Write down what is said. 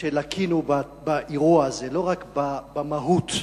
שלקינו באירוע הזה, לא רק במהות,